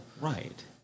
Right